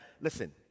Listen